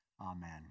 Amen